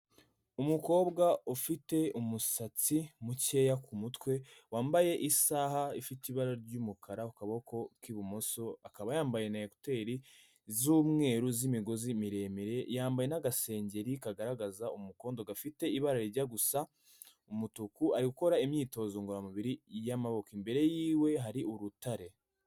Umukobwa ufite umusatsi mukeya ku mutwe, wambaye isaha ifite ibara ry'umukara ku kaboko k'ibumoso, akaba yambaye na ekuteri z'umweru z'imigozi miremire, yambaye n'agasengeri kagaragaza umukondo gafite ibara rijya gusa umutuku, ari gukora imyitozo ngoramubiri y'amaboko, imbere yiwe hari urutare.